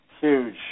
huge